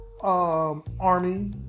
army